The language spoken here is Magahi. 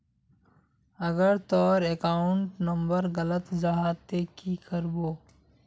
अगर तोर अकाउंट नंबर गलत जाहा ते की करबो?